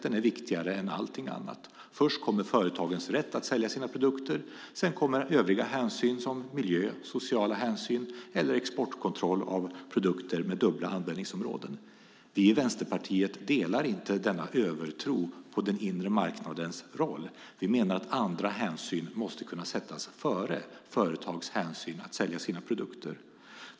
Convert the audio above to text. Den är viktigare än allt annat. Först kommer företagens rätt att sälja sina produkter. Sedan kommer övriga hänsyn - miljöhänsyn, sociala hänsyn eller hänsyn gällande exportkontroll av produkter med dubbla användningsområden. Vi i Vänsterpartiet delar inte denna övertro på den inre marknadens roll. Vi menar att andra hänsyn måste kunna sättas före hänsynen till företags möjligheter att sälja sina produkter.